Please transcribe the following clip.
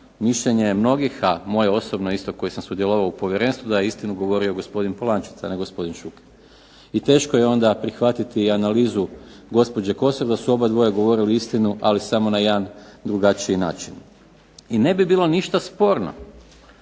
mišljenje je mnogih a moje osobno isto koji sam sudjelovao u Povjerenstvu da je istinu govorio gospodin Polančec, a ne gospodin Šuker i teško je onda prihvatiti analizu gospođe Kosor da su obadvoje govorili istinu ali samo na jedan drugačiji način. I ne bi bilo ništa sporno,